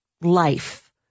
life